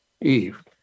Eve